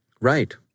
Right